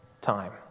time